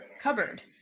cupboard